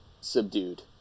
subdued